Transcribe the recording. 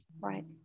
Right